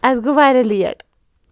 اَسہِ گوٚو واریاہ لیٹ